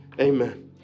Amen